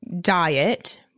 diet